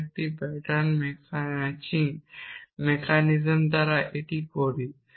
আমি এই pattern matching mechanism দ্বারা এটি করি